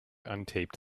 untaped